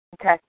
Okay